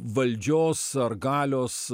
valdžios ar galios